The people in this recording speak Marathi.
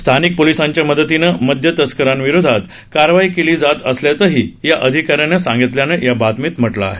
स्थानिक पोलिसांच्या मदतीने मद्यतस्करांविरोधात कारवाई केली जात असल्याचंही या अधिकाऱ्यानं सांगितल्याचं या बातमीत म्हटलं आहे